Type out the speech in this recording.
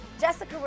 Jessica